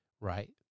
right